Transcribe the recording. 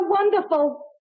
wonderful